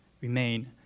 Remain